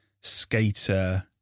skater